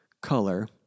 color